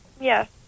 Yes